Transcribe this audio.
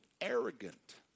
arrogant